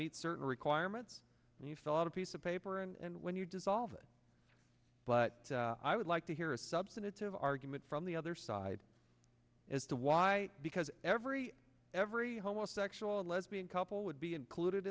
meet certain requirements and you've thought of piece of paper and when you dissolve it but i would like to hear a substantive argument from the other side as to why because every every homosexual and lesbian couple would be included